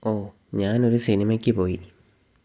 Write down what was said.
ഓ ഞാൻ ഒരു സിനിമയ്ക്ക് പോയി